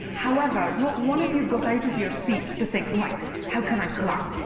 however, not one of you got out of your seats to think, right! how can i clap?